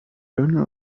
owner